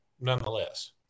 nonetheless